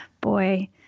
Boy